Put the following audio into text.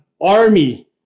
army